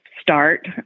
start